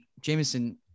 Jameson